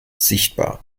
sichtbar